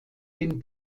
den